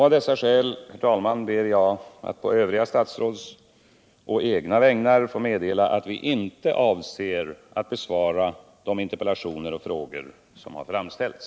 Av dessa skäl ber jag att på övriga statsråds och egna vägnar få meddela att vi inte avser att besvara de interpellationer och frågor som har framställts.